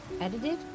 edited